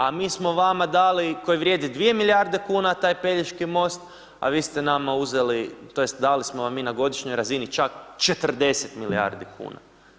A mi smo vama dali, koji vrijedi 2 milijarde kuna taj Pelješki most, a vi ste nama uzeli, tj. dali smo vam mi na godišnjoj razini čak 40 milijardi kuna.